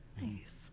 Nice